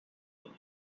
floor